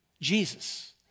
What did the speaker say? Jesus